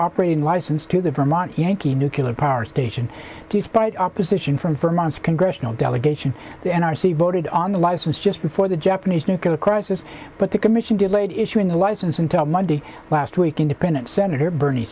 operating license to the vermont yankee nucular power station despite opposition from vermont's congressional delegation the n r c voted on the license just before the japanese nuclear crisis but the commission delayed issuing a license until monday last week independent senator bernie